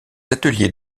ateliers